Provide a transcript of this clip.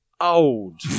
old